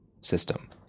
system